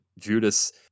Judas